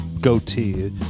goatee